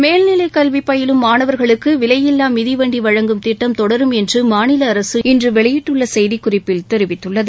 மேல்நிலை கல்வி பயிலும் மாணவர்களுக்கு விலையில்லா மிதிவண்டி வழங்கும் திட்டம் தொடரும் என்று மாநில அரசு இன்று வெளியிட்டுள்ள செய்திக்குறிப்பில் தெரிவித்துள்ளது